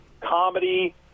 comedy